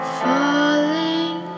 falling